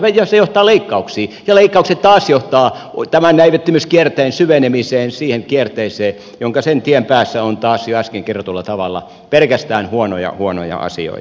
se johtaa leikkauksiin ja leikkaukset taas johtavat tämän näivettymiskierteen syvenemiseen siihen kierteeseen jonka tien päässä on taas jo äsken kerrotulla tavalla pelkästään huonoja huonoja asioita